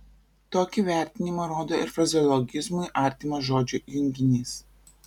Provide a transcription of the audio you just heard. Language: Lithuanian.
tokį vertinimą rodo ir frazeologizmui artimas žodžių junginys